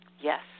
Yes